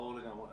ברור לגמרי.